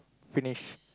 finish